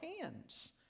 hands